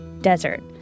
desert